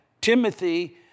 Timothy